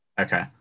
Okay